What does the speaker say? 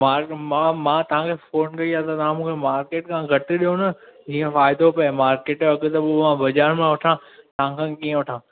बाज मां मां तव्हां खे फोन कई आहे त तव्हां मूंखे मार्केट खां घटि ॾियो न जीअं फ़ाइदो पए मार्केट जो अघु त हूअं बाज़ारि मां वठां तव्हां खां कीअं वठां